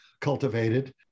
cultivated